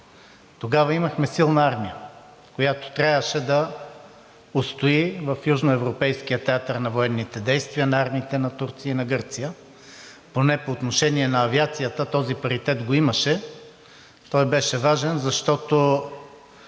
тогава имахме силна армия, която трябваше да устои в южноевропейския театър на военните действия на армиите на Турция и на Гърция. Поне по отношение на авиацията този паритет го имаше. Той беше важен, защото